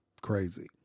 crazy